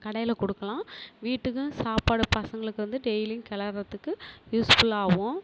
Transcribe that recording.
கடையில் கொடுக்கலாம் வீட்டுக்கும் சாப்பாடு பசங்களுக்கு வந்து டெய்லியும் கிளறத்துக்கு யூஸ்ஃபுல்லாகவும்